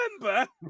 remember